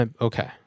Okay